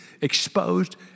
exposed